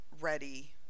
ready